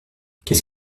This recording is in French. qu’est